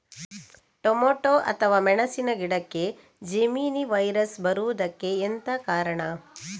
Tomato ಅಥವಾ ಮೆಣಸಿನ ಗಿಡಕ್ಕೆ ಜೆಮಿನಿ ವೈರಸ್ ಬರುವುದಕ್ಕೆ ಎಂತ ಕಾರಣ?